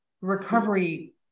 recovery